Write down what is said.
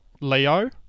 Leo